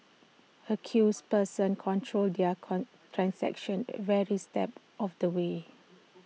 accused persons controlled there con transactions very step of the way